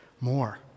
more